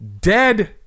dead